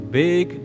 big